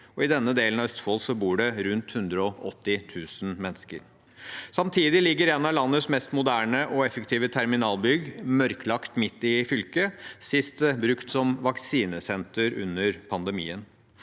i denne delen av Østfold bor det rundt 180 000 mennesker. Samtidig ligger en av landets mest moderne og effektive terminalbygg mørklagt midt i fylket – sist brukt som vaksinesenter under pandemien.